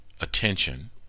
attention